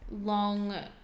long